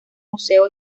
museo